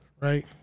Right